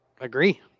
agree